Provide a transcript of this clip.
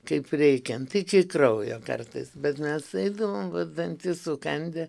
kaip reikiant iki kraujo kartais bet mes eidavom vat dantis sukandę